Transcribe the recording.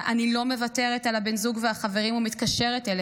אני לא מוותרת על בן הזוג והחברים ומתקשרת אליהם.